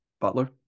Butler